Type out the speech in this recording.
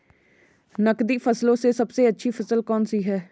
नकदी फसलों में सबसे अच्छी फसल कौन सी है?